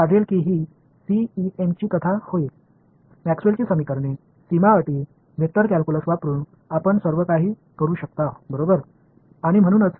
எனவே இது CEM இன் கதையாக இருக்கும் என்பதை நீங்கள் காண்பீர்கள் மேக்ஸ்வெல்லின் Maxwell's சமன்பாடுகள் பௌண்டரி கண்டிஷன்ஸ் வெக்டர் கால்குலஸ் ஆகியவற்றைப் பயன்படுத்தி நீங்கள் எல்லாவற்றையும் சரியாகக் கணக்கிடலாம்